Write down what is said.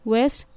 West